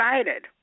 excited